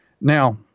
Now